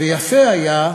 ויפה היה,